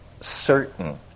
certain